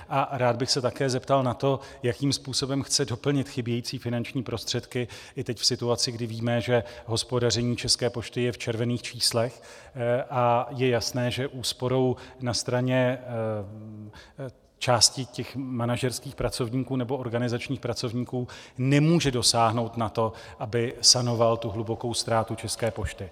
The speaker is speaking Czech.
A rád bych se také zeptal na to, jakým způsobem chce doplnit chybějící finanční prostředky i teď v situaci, kdy víme, že hospodaření České pošty je v červených číslech a je jasné, že úsporou na straně části těch manažerských pracovníků nebo organizačních pracovníků nemůže dosáhnout na to, aby sanoval tu hlubokou ztrátu České pošty.